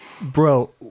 bro